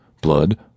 Blood